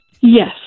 yes